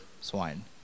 swine